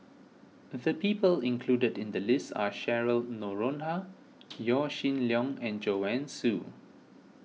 the people included in the list are Cheryl Noronha Yaw Shin Leong and Joanne Soo